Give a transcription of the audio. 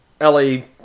Ellie